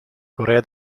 corea